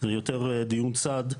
יותר דיון צד.